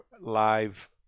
live